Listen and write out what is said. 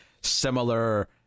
similar